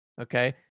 Okay